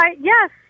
yes